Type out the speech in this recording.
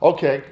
Okay